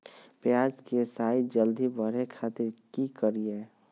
प्याज के साइज जल्दी बड़े खातिर की करियय?